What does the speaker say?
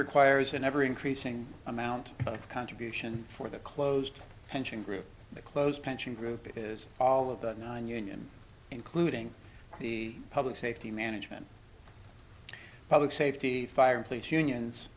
requires an ever increasing amount of contribution for the closed pension group the close pension group is all of that nine union including the public safety management public safety fire and police unions